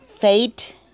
fate